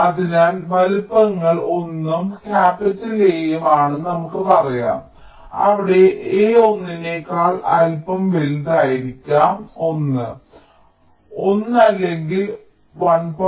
അതിനാൽ വലുപ്പങ്ങൾ 1 ഉം കാപ്പിറ്റൽ A യും ആണെന്ന് നമുക്ക് പറയാം അവിടെ A ഒന്നിനേക്കാൾ അല്പം വലുതായിരിക്കാം 1 1 അല്ലെങ്കിൽ 1